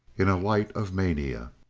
in a light of mania.